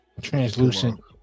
translucent